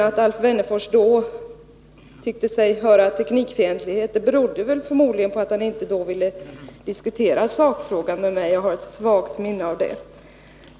Att Alf Wennerfors då tyckte sig skönja teknikfientlighet berodde förmodligen på att han då inte ville diskutera sakfrågan med mig. Jag har ett svagt minne av det.